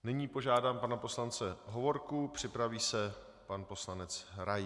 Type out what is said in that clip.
Nyní požádám pana poslance Hovorku, připraví se pan poslanec Rais.